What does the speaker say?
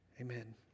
Amen